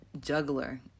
juggler